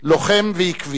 לוחם ועקבי,